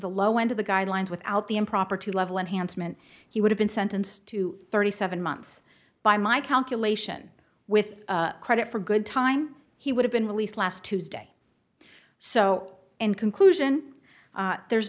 the low end of the guidelines without the improper to level enhancement he would have been sentenced to thirty seven months by my calculation with credit for good time he would have been released last tuesday so in conclusion there's